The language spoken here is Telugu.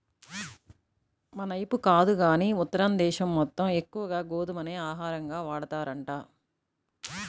మనైపు కాదు గానీ ఉత్తర దేశం మొత్తం ఎక్కువగా గోధుమనే ఆహారంగా వాడతారంట